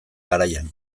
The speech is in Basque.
garaian